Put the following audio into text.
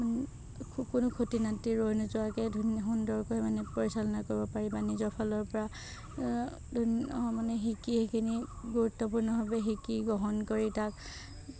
কোনো খুতি নাতি ৰৈ নোযোৱাকৈ ধুনীয়াকৈ মানে সুন্দৰকৈ পৰিচালনা কৰিব পাৰি বা নিজৰ ফালৰ পৰা মানে শিকি সেইখিনি গুৰুত্বপূৰ্ণভাৱে শিকি গ্ৰহণ কৰি তাক